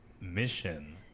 mission